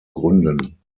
gründen